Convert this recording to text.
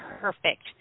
Perfect